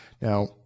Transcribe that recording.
Now